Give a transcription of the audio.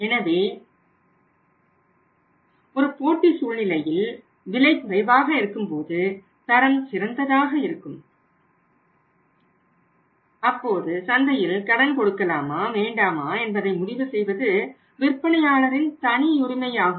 எனவே ஒரு போட்டி சூழ்நிலையில் விலை குறைவாக இருக்கும்போது தரம் சிறந்ததாக இருக்கும் போது அது சந்தையில் கடன் கொடுக்கலாமா வேண்டாமா என்பதை முடிவு செய்வது விற்பனையாளரின் தனியுரிமையாகும்